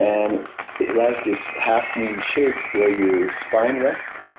and it has this half moon shape where your spine rests.